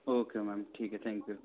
okay ma'am ठीक है thank you